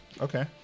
Okay